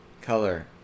Color